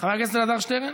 חבר הכנסת אלעזר שטרן?